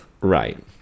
Right